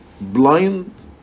blind